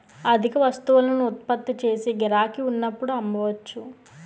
అధిక వస్తువులను ఉత్పత్తి చేసి గిరాకీ ఉన్నప్పుడు అమ్మవచ్చు